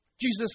Jesus